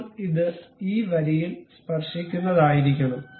ഇപ്പോൾ ഇത് ഈ വരിയിൽ സ്പർശിക്കുന്നതായിരിക്കണം